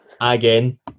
again